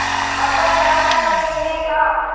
हमका ईलाज ला ऋण मिली का?